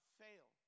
fail